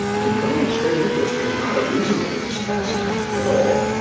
compelling state interest is not a reasonableness test at all.